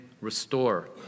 restore